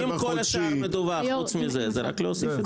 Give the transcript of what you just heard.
אם כל השאר מדווח, חוץ מזה, זה רק להוסיף את זה.